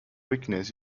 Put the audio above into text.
weakness